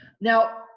Now